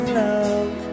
love